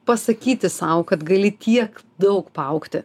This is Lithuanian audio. pasakyti sau kad gali tiek daug paaugti